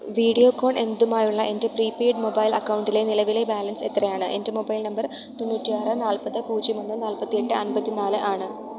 Videocon എന്നതുമായുള്ള എൻ്റെ prepaid mobile അക്കൗണ്ടിലെ നിലവിലെ ബാലൻസ് എത്രയാണ് എൻ്റെ മൊബൈൽ നമ്പർ തൊണൂറ്റിആറ് നാൽപ്പത് പൂജ്യം ഒന്ന് നാൽപത്തിഎട്ട് അൻപത്തിനാല് ആണ്